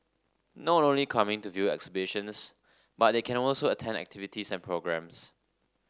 not only coming to view exhibitions but they can also attend activities and programmes